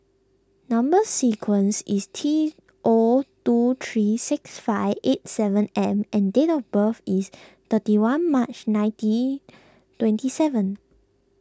Number Sequence is T O two three six five eight seven M and date of birth is thirty one March nineteen twenty seven